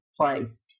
place